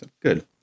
good